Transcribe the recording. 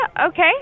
Okay